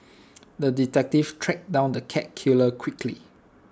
the detective tracked down the cat killer quickly